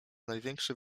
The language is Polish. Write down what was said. największy